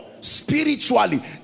spiritually